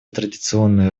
традиционные